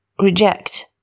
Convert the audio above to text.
reject